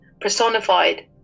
personified